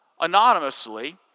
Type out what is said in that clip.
anonymously